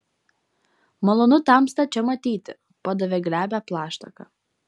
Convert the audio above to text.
malonu tamstą čia matyti padavė glebią plaštaką